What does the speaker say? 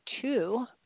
two